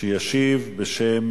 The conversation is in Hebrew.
שישיב בשם